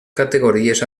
categories